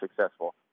successful